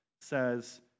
says